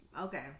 Okay